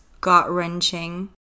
gut-wrenching